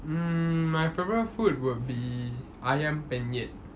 mm my favourite food will be ayam penyet